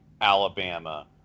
alabama